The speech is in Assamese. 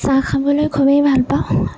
চাহ খাবলৈ খুবেই ভাল পাওঁ